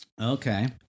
Okay